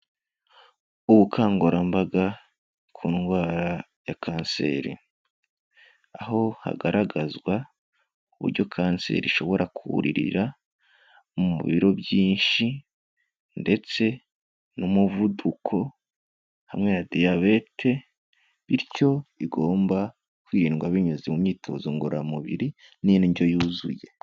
Ubukangurambaga ku ndwara ya kanseri. Aho hagaragazwa uburyo kanseri ishobora kuririra mu biro byinshi ndetse n'umuvuduko hamwe na diyabete bityo igomba kwirindwa binyuze mu myitozo ngororamubiri n'indyo yuzuye.